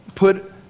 put